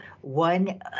one